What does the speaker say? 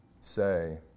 say